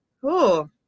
Cool